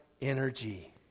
energy